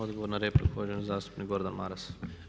Odgovor na repliku, uvaženi zastupnik Gordan Maras.